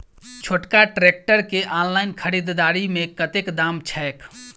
छोटका ट्रैक्टर केँ ऑनलाइन खरीददारी मे कतेक दाम छैक?